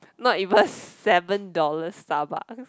not even seven dollar Starbucks